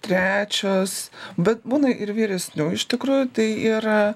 trečios bet būna ir vyresnių iš tikrųjų tai yra